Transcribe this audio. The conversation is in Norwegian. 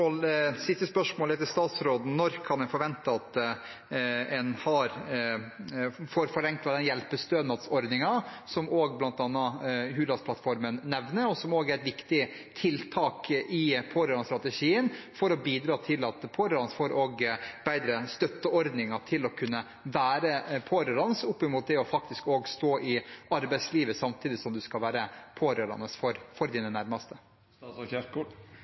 til statsråden er når en kan forvente at en får forenklet den hjelpestønadsordningen som også bl.a. Hurdalsplattformen nevner, og som også er et viktig tiltak i pårørendestrategien for å bidra til at pårørende får bedre støtteordninger til å kunne være pårørende, også sett opp mot det faktisk å stå i arbeidslivet samtidig som en skal være pårørende for